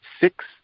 six